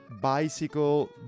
Bicycle